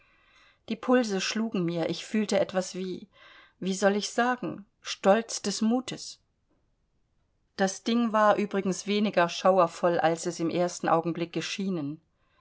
die pulse schlugen mir ich fühlte etwas wie wie soll ich's nennen stolz des mutes das ding war übrigens weniger schauervoll als es im ersten augenblick geschienen